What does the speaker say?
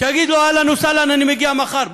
שיגיד לו: אהלן וסהלן, אני מגיע מחר.